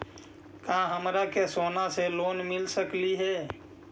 का हमरा के सोना से लोन मिल सकली हे?